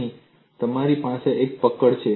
અહીં તમારી પાસે એક પકડ છે